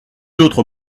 autres